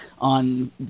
on